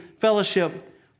fellowship